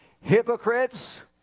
Hypocrites